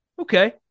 okay